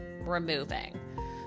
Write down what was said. removing